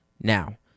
Now